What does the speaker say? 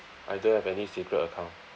I don't have any secret account